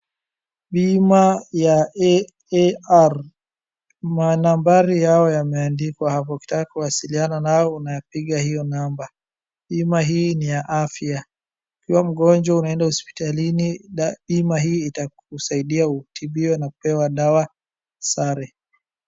Bima ya AAR. Manambari yao yameandikwa hapo. Ukitaka kuwasiliana nao unapiga hio namba. Bima hii ni ya afya. Ukiwa mgonjwa hospitalini bima hii itakusaidia utibiwa na kupewa dawa sare.